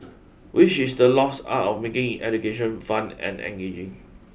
which is the lost art of making education fun and engaging